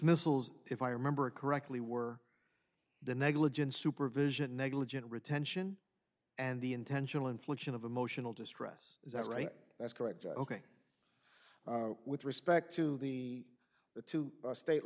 dismissals if i remember correctly were the negligent supervision negligent retention and the intentional infliction of emotional distress is that right that's correct ok with respect to the the two state